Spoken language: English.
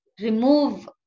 remove